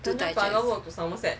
to digest